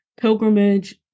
pilgrimage